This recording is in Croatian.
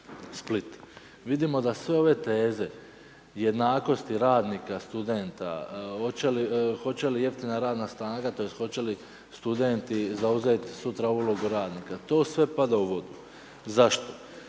Split. Vidimo da sve ove teze i jednakosti radnika, studenta, hoće li jeftina snaga tj. hoće li studenti zauzeti sutra ulogu radnika, to sve pada u vodu. Zašto?